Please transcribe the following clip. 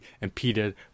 impeded